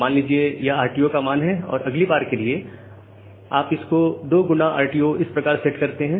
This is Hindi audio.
मान लीजिए यह RTO का मान है और अगली बार के लिए आप इसको 2X RTO इस प्रकार सेट करते हैं